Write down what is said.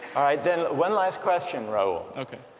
then, one last question raul